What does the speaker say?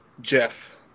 Jeff